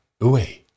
away